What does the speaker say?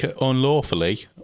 unlawfully